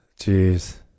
Jeez